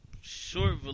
Short